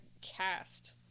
cast